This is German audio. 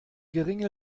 geringe